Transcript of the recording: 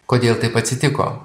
kodėl taip atsitiko